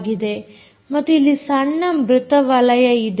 ಮತ್ತು ಇಲ್ಲಿ ಸಣ್ಣ ಮೃತ ವಲಯ ಇದೆ